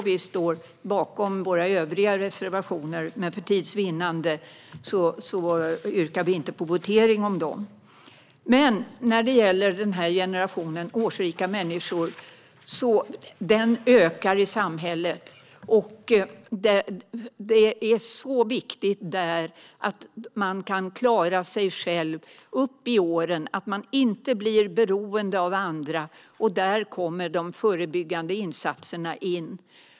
Vi står bakom alla våra reservationer, men för tids vinnande yrkar jag bifall endast till denna reservation. Antalet årsrika människor i samhället ökar. Att kunna klara sig själv upp i åren och inte bli beroende av andra är viktigt. Här kommer de förebyggande insatserna in.